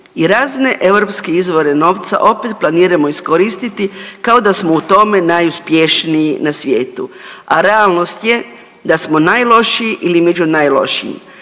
I razne europske izvore novca opet planiramo iskoristiti kao da smo u tome najuspješniji na svijetu, a realnost je da smo najlošiji ili među najlošijim.